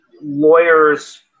lawyers